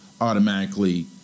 automatically